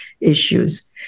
issues